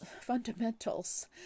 fundamentals